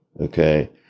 okay